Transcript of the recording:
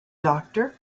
doctor